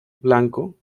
blanco